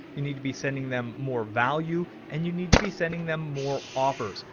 you need to be sending them more value and you need to be sending them more offers.